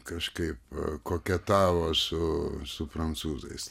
kažkaip koketavo su su prancūzais